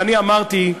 ואני אמרתי,